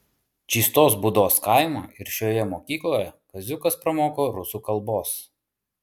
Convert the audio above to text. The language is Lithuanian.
čystos būdos kaimo ir šioje mokykloje kaziukas pramoko rusų kalbos